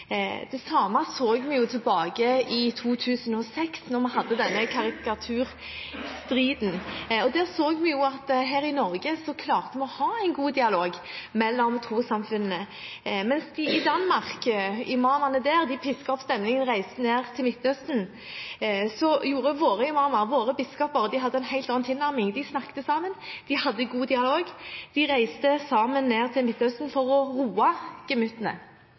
Det samme så vi tilbake i 2006, da vi hadde denne karikaturstriden. Der så vi at her i Norge klarte vi å ha en god dialog mellom trossamfunnene. Mens imamene i Danmark pisket opp stemningen og reiste ned til Midtøsten, så hadde våre imamer og våre biskoper en helt annen tilnærming. De snakket sammen, de hadde god dialog, de reiste sammen ned til Midtøsten for å roe